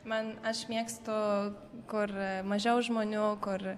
man aš mėgstu kur mažiau žmonių kur